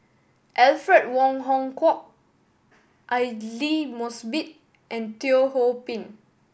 Alfred Wong Hong Kwok Aidli Mosbit and Teo Ho Pin